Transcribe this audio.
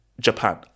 Japan